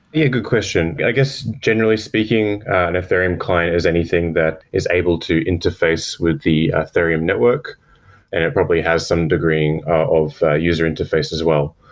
good question. i guess generally speaking an ethereum client is anything that is able to interface with the ethereum network and it probably has some degreeing of user interface as well.